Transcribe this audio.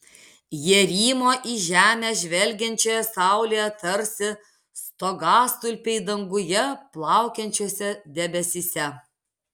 jie rymo į žemę žvelgiančioje saulėje tarsi stogastulpiai danguje plaukiančiuose debesyse